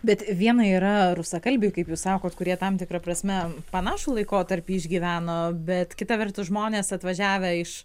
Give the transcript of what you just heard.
bet viena yra rusakalbiai kaip jūs sakote kurie tam tikra prasme panašų laikotarpį išgyveno bet kita vertus žmonės atvažiavę iš